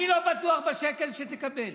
אני לא בטוח בשקל שתקבל.